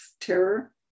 terror